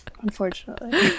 Unfortunately